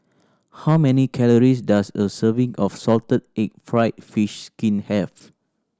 how many calories does a serving of salted egg fried fish skin have